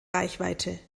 reichweite